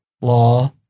law